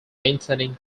maintaining